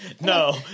No